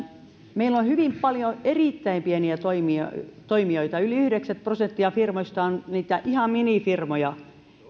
meillä on hyvin paljon erittäin pieniä toimijoita yli yhdeksänkymmentä prosenttia firmoista on ihan minifirmoja niitä